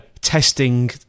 testing